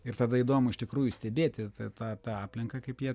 ir tada įdomu iš tikrųjų stebėti tą aplinką kaip jie